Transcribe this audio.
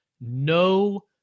no